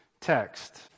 text